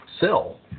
sell